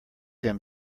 him